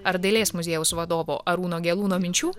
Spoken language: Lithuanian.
ar dailės muziejaus vadovo arūno gelūno minčių